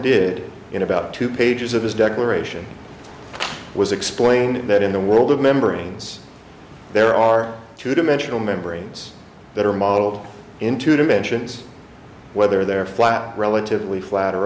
did in about two pages of his declaration was explaining that in the world of membranes there are two dimensional membranes that are modeled in two dimensions whether they're flat relatively flat or